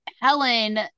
Helen